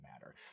matter